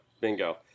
Bingo